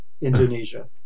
Indonesia